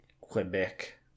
Quebec